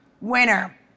winner